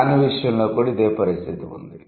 van విషయంలో కూడా ఇదే పరిస్థితి ఉంది